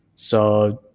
so,